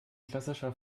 klassischer